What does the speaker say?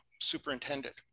superintendent